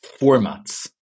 formats